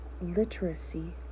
Literacy